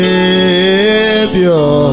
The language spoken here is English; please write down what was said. Savior